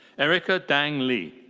erica dang ly.